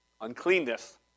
uncleanness